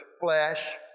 Flesh